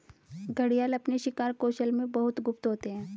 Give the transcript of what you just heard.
घड़ियाल अपने शिकार कौशल में बहुत गुप्त होते हैं